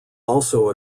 also